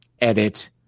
edit